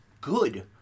good